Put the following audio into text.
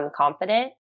unconfident